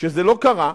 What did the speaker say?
כשזה לא קרה,